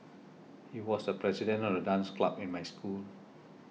he was the president of the dance club in my school